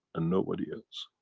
and nobody else.